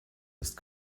ist